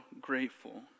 grateful